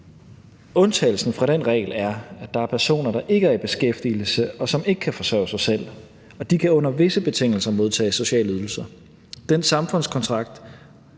Undtagelsen fra den regel er, at der er personer, der ikke er i beskæftigelse, og som ikke kan forsørge sig selv, og de kan under visse betingelser modtage sociale ydelser. Den samfundskontrakt,